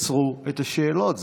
תקצרו את השאלות.